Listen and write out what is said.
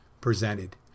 presented